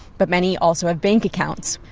but many also have bank accounts,